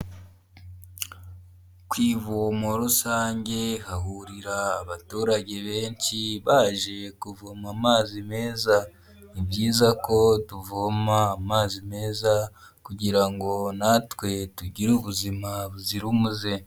Ku ivomo rusange hahurira abaturage benshi, baje kuvoma amazi meza, ni byiza ko tuvoma amazi meza kugira ngo natwe tugire ubuzima buzira umuze.